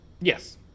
Yes